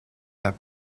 that